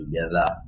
together